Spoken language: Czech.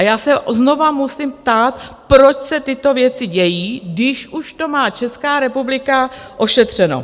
Já se znovu musím ptát, proč se tyto věci dějí, když už to má Česká republika ošetřeno?